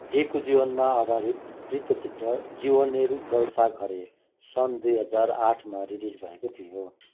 डेको जीवनमा आधारित वृत्तचित्र जीवनेर जलसाघरे सन् दुई हजार आठमा रिलिज भएको थियो